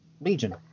Legion